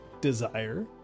desire